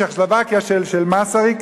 צ'כוסלובקיה של מסריק,